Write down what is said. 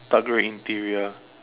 dark grey interior